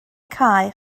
cae